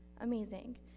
amazing